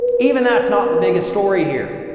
even that's not the biggest story here.